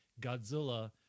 Godzilla